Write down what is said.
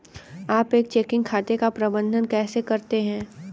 आप एक चेकिंग खाते का प्रबंधन कैसे करते हैं?